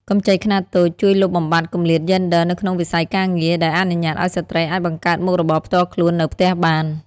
កម្ចីខ្នាតតូចជួយលុបបំបាត់គម្លាតយេនឌ័រនៅក្នុងវិស័យការងារ ដោយអនុញ្ញាតឱ្យស្ត្រីអាចបង្កើតមុខរបរផ្ទាល់ខ្លួននៅផ្ទះបាន។